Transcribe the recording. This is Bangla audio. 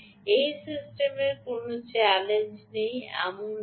এই সিস্টেমের কোনও চ্যালেঞ্জ নেই এমন নয়